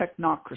technocracy